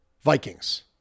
Vikings